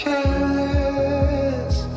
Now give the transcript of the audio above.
Careless